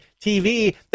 TV